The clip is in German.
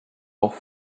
auch